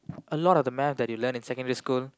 a lot of the math that you learn in secondary school